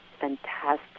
fantastic